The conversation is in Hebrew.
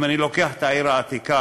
אם אני לוקח את העיר העתיקה,